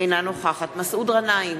אינה נוכחת מסעוד גנאים,